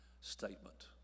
statement